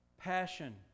passion